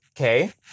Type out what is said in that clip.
Okay